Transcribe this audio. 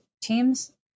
Teams